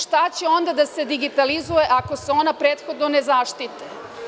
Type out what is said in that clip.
Šta će onda da se digitalizuje ako se ona prethodno ne zaštite?